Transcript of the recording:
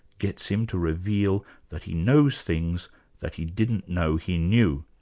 gets him to reveal that he knows things that he didn't know he knew.